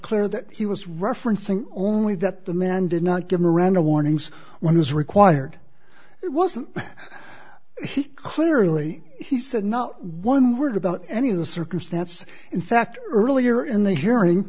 clear that he was referencing only that the man did not give miranda warnings what was required it wasn't he clearly he said not one word about any of the circumstance in fact earlier in the hearing